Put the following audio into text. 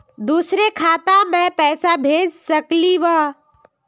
दुसरे खाता मैं पैसा भेज सकलीवह?